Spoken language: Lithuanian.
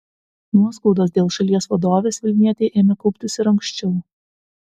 nuoskaudos dėl šalies vadovės vilnietei ėmė kauptis ir anksčiau